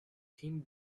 thin